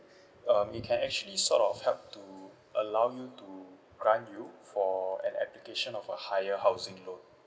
um it can actually sort of help to allow you to grant you for an application of a higher housing loan